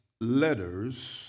letters